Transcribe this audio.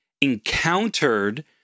encountered